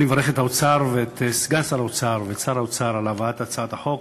אני מברך את האוצר ואת סגן שר האוצר ואת שר האוצר על הבאת הצעת החוק.